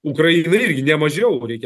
ukrainai irgi ne mažiau reikia